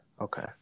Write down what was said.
Okay